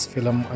Film